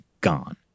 gone